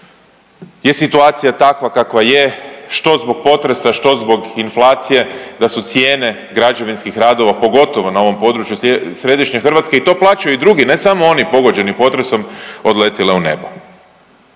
je situacija takva kakva je, što zbog potresa, što zbog inflacije da su cijene građevinskih radova, pogotovo na ovom području središnje Hrvatske, i to plaćaju i drugi ne samo oni pogođeni potresom, odletjele u nebo.